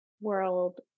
world